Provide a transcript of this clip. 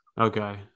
Okay